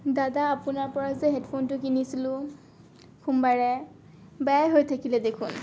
দাদা আপোনাৰপৰা যে হেডফোনটো কিনিছিলোঁ সোমবাৰে বেয়াই হৈ থাকিলে দেখোন